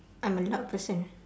I'm a loud person